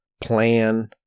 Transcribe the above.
plan